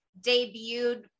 debuted